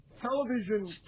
television